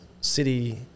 City